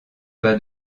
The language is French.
pas